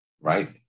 right